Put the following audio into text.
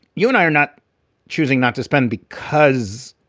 you and i are not choosing not to spend because.